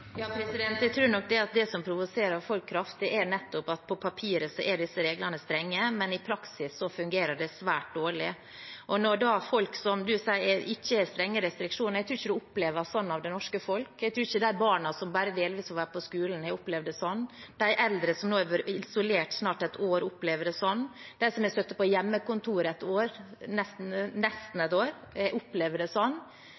Jeg tror nok at det som provoserer folk kraftig, er nettopp at på papiret er disse reglene strenge, men i praksis fungerer de svært dårlig. Statsråden sier at folk ikke har strenge restriksjoner. Jeg tror ikke det norske folk opplever det slik. Jeg tror ikke de barna som bare delvis får være på skolen, opplever det sånn – heller ikke de eldre som snart har vært isolert et år. De som har sittet på hjemmekontor i nesten et år, opplever det ikke sånn. Det er mange som